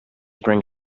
bring